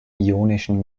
ionischen